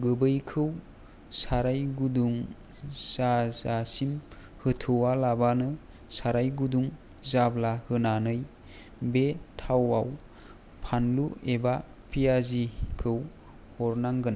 गुबैखौ साराय गुदुं जाजासिम होथ'वालाबानो साराय गुदुं जाब्ला होनानै बे थावआव फानलु एबा पियाजखौ हरनांगोन